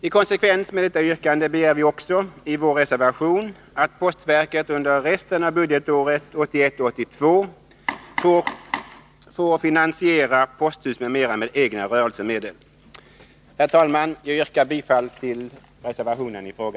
I konsekvens med detta yrkande begär vi också i vår reservation att postverket under resten av budgetåret 1981/82 får finansiera posthus m.m. med egna rörelsemedel. Herr talman! Jag yrkar bifall till reservationen i fråga.